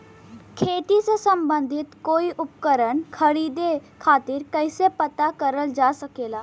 खेती से सम्बन्धित कोई उपकरण खरीदे खातीर कइसे पता करल जा सकेला?